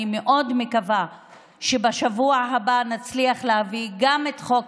אני מאוד מקווה שבשבוע הבא נצליח להביא גם את חוק